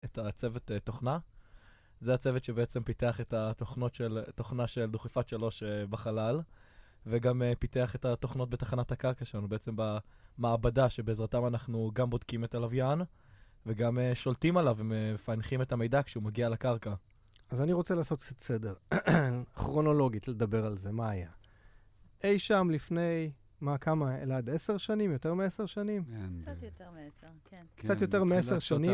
את ה...צוות א...תוכנה, זה הצוות שבעצם פיתח את ה...תוכנות של א... תוכנה של דוכיפת שלוש א...בחלל, וגם א...פיתח את ה...תוכנות בתחנת הקרקע שלנו בעצם, ב...במעבדה שבעזרתם אנחנו גם בודקים את הלוויין, וגם א...שולטים עליו מ...מפענחים את המידע כשהוא מגיע לקרקע. אז אני רוצה לעשות קצת סדר, אהמ, כרונולוגית לדבר על זה, מה היה? אי שם לפני... מה? כמה? א..ל...עד עשר שנים? יותר מעשר שנים? קצת יותר מעשר, כן. קצת יותר מעשר שנים?